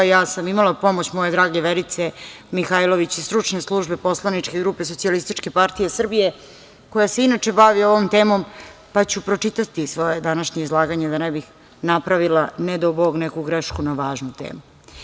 Ja sam imala pomoć moje drage Verice Mihajlović iz stručne službe poslaničke grupe SPS, a koja se inače bavi ovom temom, pa ću pročitati svoje današnje izlaganje da ne bih napravila, ne dao Bog, neku grešku na ovu važnu temu.